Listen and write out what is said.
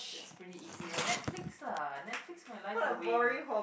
it's pretty easy lah Netflix lah Netflix my life away